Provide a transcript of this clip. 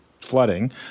flooding